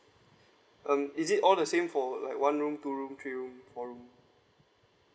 um is it all the same for like one room two room three room four room